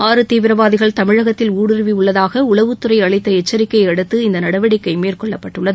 ஆறு தீவிரவாதிகள் தமிழகத்தில் ஊடுருவி உள்ளதாக உளவுத்துறை அளித்த எச்சரிக்கையை அடுத்து இந்த நடவடிக்கை மேற்கொள்ளப்பட்டுள்ளது